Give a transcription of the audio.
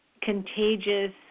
contagious